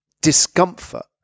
discomfort